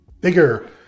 bigger